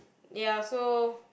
ya so